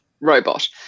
robot